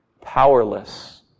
powerless